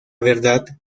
verdad